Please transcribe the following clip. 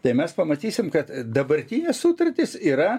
tai mes pamatysim kad dabartinės sutartys yra